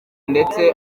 ndetse